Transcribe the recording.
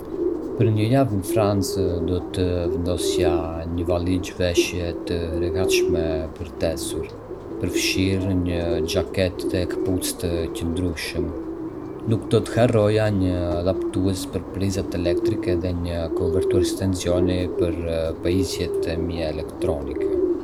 Për një javë në Francë, do të vendosja në valixhe veshje të rehatshme për të ecur, përfshirë një xhaketë dhe këpucë të qëndrueshme. Nuk do të harroja një adaptues për prizat elektrike dhe një konvertues tensioni për pajisjet e mia elektronike.